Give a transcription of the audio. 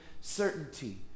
certainty